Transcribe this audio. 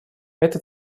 эта